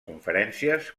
conferències